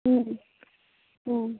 ହୁଁ ହୁଁ